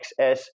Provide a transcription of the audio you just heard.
XS